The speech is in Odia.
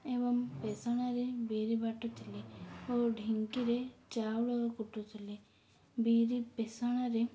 ଏବଂ ପେଷଣାରେ ବିରି ବାଟୁ ଥିଲେ ଓ ଢିଙ୍କିରେ ଚାଉଳ କୁଟୁ ଥିଲେ ବିରି ପେଷଣାରେ